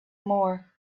more